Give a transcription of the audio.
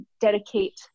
dedicate